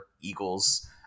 Eagles